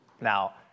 Now